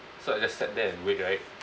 so I just sat there and wait right